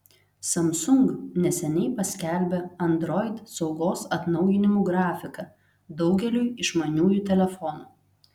samsung neseniai paskelbė android saugos atnaujinimų grafiką daugeliui išmaniųjų telefonų